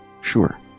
sure